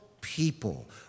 people